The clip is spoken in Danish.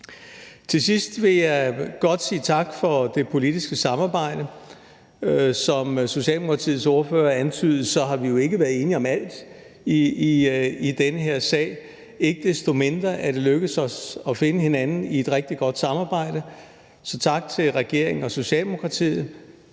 Til sidst vil jeg godt sige tak for det politiske samarbejde. Som Socialdemokratiets ordfører antydede, har vi jo ikke være enige om alt i den her sag, men ikke desto mindre er det lykkedes os at finde hinanden i et rigtig godt samarbejde, så tak til regeringen og Socialdemokratiet.